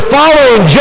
following